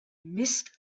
missed